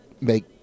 make